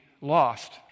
lost